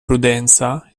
prudenza